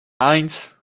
eins